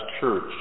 church